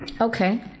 Okay